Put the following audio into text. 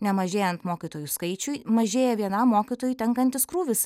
nemažėjant mokytojų skaičiui mažėja vienam mokytojui tenkantis krūvis